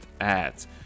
ads